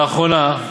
לאחרונה,